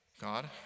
God